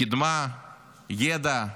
קדמה, ידע,